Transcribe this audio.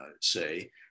say